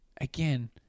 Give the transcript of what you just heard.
again